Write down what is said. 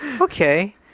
Okay